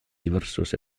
diversos